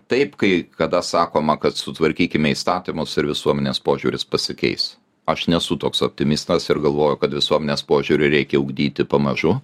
taip kai kada sakoma kad sutvarkykime įstatymus ir visuomenės požiūris pasikeis aš nesu toks optimistas ir galvoju kad visuomenės požiūrį reikia ugdyti pamažu